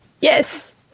Yes